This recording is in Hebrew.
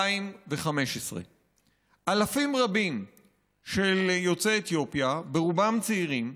2015. אלפים רבים של יוצאי אתיופיה, ברובם צעירים,